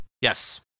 Yes